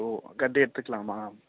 ஓ கட்டி எடுத்துக்கலாமா